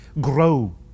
grow